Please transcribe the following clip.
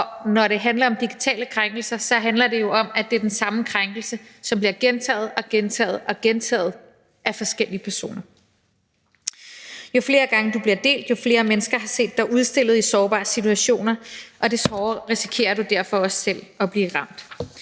når det handler om digitale krænkelser, handler det jo om, at det er den samme krænkelse, som bliver gentaget og gentaget af forskellige personer. Jo flere gange det bliver delt, des flere mennesker har set dig udstillet i sårbare situationer, og des hårdere risikerer du derfor også selv at blive ramt.